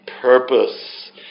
purpose